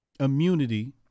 Immunity